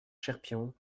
cherpion